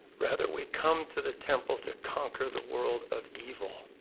rather, we come to the temple to conquer the world of evil.